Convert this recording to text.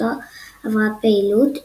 במסגרתו עברה פעילות "איי.די.